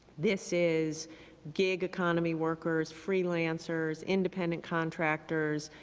this is gig economy workers, freelancers, independent contractors,